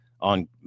on